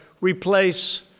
replace